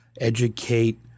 educate